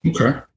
okay